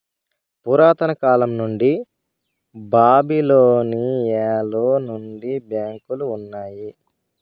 పురాతన కాలం నుండి బాబిలోనియలో నుండే బ్యాంకులు ఉన్నాయి